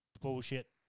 bullshit